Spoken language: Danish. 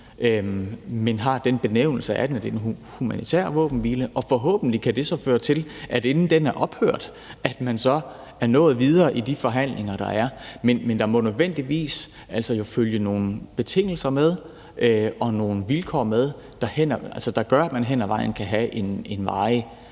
det har den benævnelse, at det er en humanitær våbenhvile, og at det så forhåbentlig, inden den er ophørt, kan føre til, at man er nået videre i de forhandlinger, der er. Men der må jo altså nødvendigvis følge nogle betingelser og nogle vilkår med, der gør, at man hen ad vejen kan have en varig